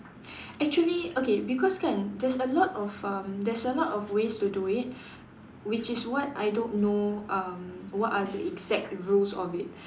actually okay because kan there's a lot of there of um there's a lot of ways to do it which is what I don't know um what are the exact rules of it